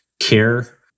Care